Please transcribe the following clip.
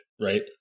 right